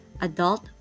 adult